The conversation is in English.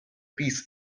peace